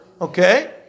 Okay